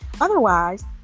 Otherwise